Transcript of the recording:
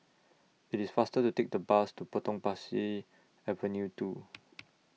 IT IS faster to Take The Bus to Potong Pasir Avenue two